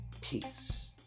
peace